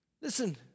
Listen